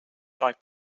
five